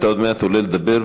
אתה עוד מעט עולה לדבר,